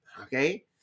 Okay